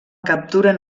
capturen